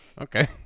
Okay